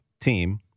team